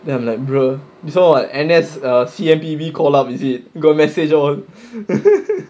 then I'm like brother this [one] what N_S C_M_P_B call up is it got message all